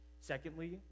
Secondly